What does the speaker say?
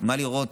מה לראות,